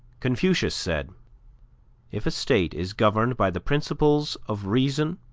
confucius said if a state is governed by the principles of reason,